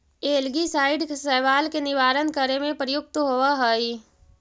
algicide शैवाल के निवारण करे में प्रयुक्त होवऽ हई